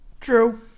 true